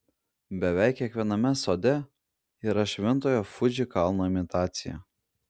beveik kiekviename sode yra šventojo fuji kalno imitacija